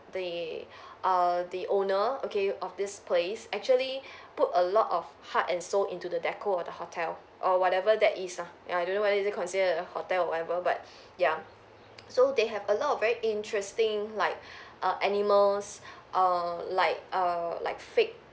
the uh the owner okay of this place actually put a lot of heart and soul into the decor of the hotel or whatever that is ah ya I don't know whether is it considered a hotel or whatever but yeah so they have a lot of very interesting like err animals err like err like fake